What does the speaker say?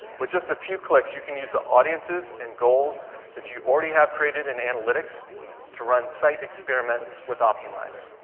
with just a few clicks you can use the audiences and goals that you already have created in analytics to run site experiments with optimize.